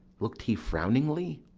look'd he frowningly?